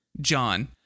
John